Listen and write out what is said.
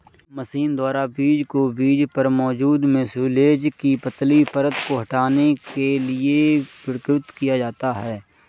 machine द्वारा बीज को बीज पर मौजूद म्यूसिलेज की पतली परत को हटाने के लिए किण्वित किया जाता है